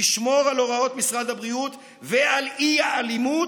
לשמור על הוראות משרד הבריאות ועל האי-אלימות,